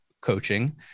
coaching